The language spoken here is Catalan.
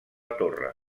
torre